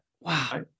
Wow